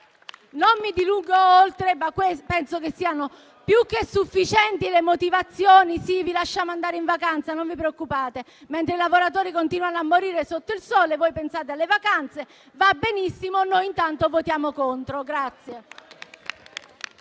Non mi dilungo oltre, ma penso che siano più che sufficienti le motivazioni. *(Commenti)*. Sì, vi lasciamo andare in vacanza, non vi preoccupate: mentre i lavoratori continuano a morire sotto il sole, voi pensate alle vacanze. Va benissimo, ma intanto il nostro voto